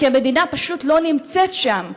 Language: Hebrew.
כי המדינה פשוט לא נמצאת שם,